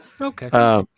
Okay